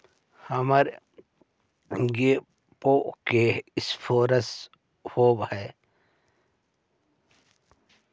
हमर गेयो के इंश्योरेंस होव है?